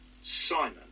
Simon